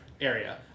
area